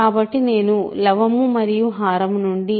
కాబట్టి నేను లవము మరియు హారం నుండి